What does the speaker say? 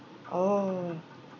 orh